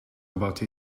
about